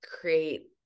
create